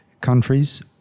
countries